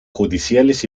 judiciales